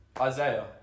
Isaiah